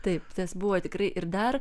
taip tas buvo tikrai ir dar